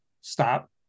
Stop